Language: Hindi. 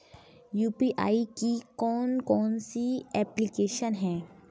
यू.पी.आई की कौन कौन सी एप्लिकेशन हैं?